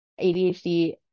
ADHD